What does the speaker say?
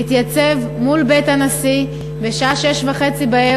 להתייצב מול בית הנשיא בשעה 18:30,